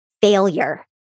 failure